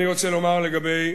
אני רוצה לומר לגבי